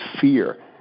fear